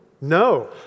No